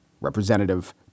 Representative